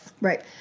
Right